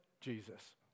Jesus